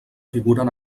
figuren